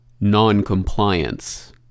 non-compliance